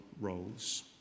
roles